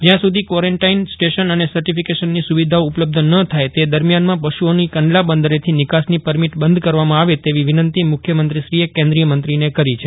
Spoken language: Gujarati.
જયાં સુધી ક્વોરેન્ટાઇન સ્ટેશન અને સર્ટીફીકેશનની સુવિધાઓ ઉપલબ્ધ ન થાય તે દરમ્યાનમાં પશુઓની કંડલા બંદરેથી નિકાસની પરમીટ બંધ કરવામાં આવે તેવી વિનંતી મુખ્યમંત્રીશ્રીએ કેન્દ્રીય મંત્રીને કરી છે